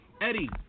Eddie